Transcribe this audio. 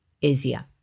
easier